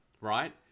right